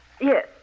Yes